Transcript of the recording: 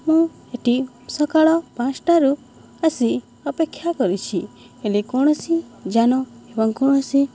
ମୁଁ ଏଠି ସକାଳ ପାଞ୍ଚଟାରୁ ଆସି ଅପେକ୍ଷା କରିଛି ହେଲେ କୌଣସି ଯାନ ଏବଂ କୌଣସି